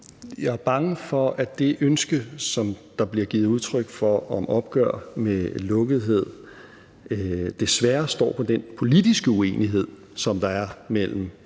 Jeg er bange for, at det ønske, som der blev givet udtryk for, om opgør med lukkethed desværre står på den politiske uenighed, som der er mellem